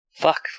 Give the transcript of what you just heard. Fuck